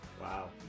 Wow